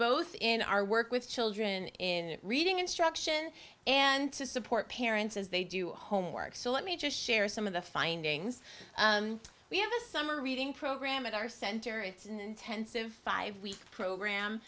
both in our work with children in reading instruction and to support parents as they do homework so let me just share some of the findings we have a summer reading program at our center it's an intensive five week program